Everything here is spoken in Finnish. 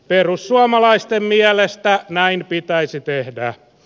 perussuomalaisten mielestä näin pitäisi tehdä